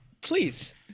Please